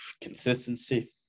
consistency